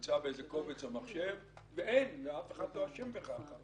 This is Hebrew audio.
נמצא באיזה קובץ במחשב ואף אחד לא אשם בכך.